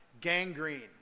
Gangrene